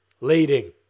Leading